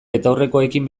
betaurrekoekin